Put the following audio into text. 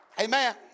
amen